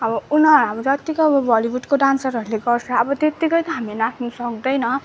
अब उनीहरू जत्तिको अब बलिवुडको डान्सरहरूले गर्छ अब त्यत्तिकै तअब हामी नाच्नु सक्दैन